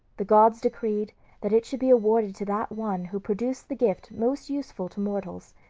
the gods decreed that it should be awarded to that one who produced the gift most useful to mortals.